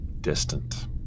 Distant